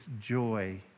joy